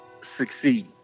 succeed